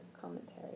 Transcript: commentary